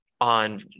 on